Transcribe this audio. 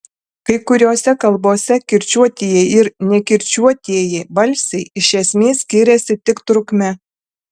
kai kuriose kalbose kirčiuotieji ir nekirčiuotieji balsiai iš esmės skiriasi tik trukme